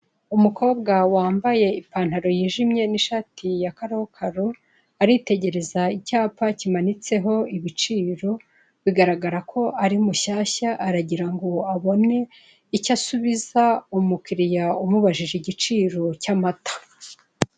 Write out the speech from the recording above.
Umukobwa wambaye ipantaro yijimye n'ishati ya karokaro aritegereza icyapa kimanitseho ibiciro biragaragara ko ari mushyashya aragirango abone icyo asubiza umukiriya umubajije igiciro cy'amata.